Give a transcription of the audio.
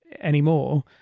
anymore